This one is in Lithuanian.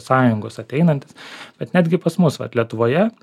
sąjungos ateinantys bet netgi pas mus vat lietuvoje